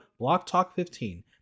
BLOCKTALK15